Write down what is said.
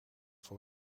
voor